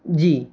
जी